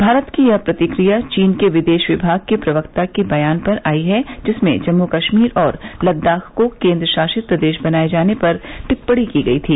भारत की यह प्रतिक्रिया चीन के विदेश विभाग के प्रवक्ता के बयान पर आई है जिसमें जम्मू कश्मीर और लद्दाख को केन्द्रशासित प्रदेश बनाए जाने पर टिप्पणी की गयी थी